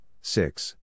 six